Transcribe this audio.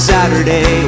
Saturday